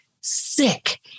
sick